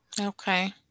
Okay